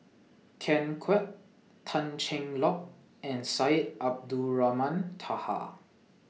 Ken Kwek Tan Cheng Lock and Syed Abdulrahman Taha